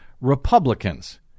Republicans